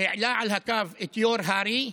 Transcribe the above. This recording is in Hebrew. העלה על הקו את יו"ר הר"י,